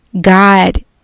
God